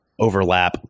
overlap